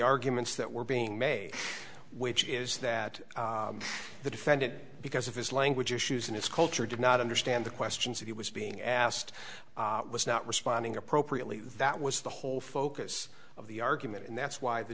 arguments that were being made which is that the defendant because of his language issues in his culture did not understand the questions that he was being asked was not responding appropriately that was the whole focus of the argument and that's why the